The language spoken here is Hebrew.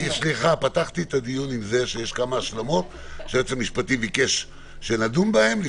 פתחתי את הדיון עם זה שיש כמה השלמות שהיועץ המשפטי ביקש שנדון בהן,